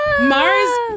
Mars